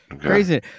Crazy